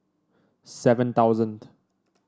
seven thousand